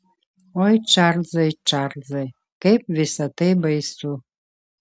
oi čarlzai čarlzai kaip visa tai baisu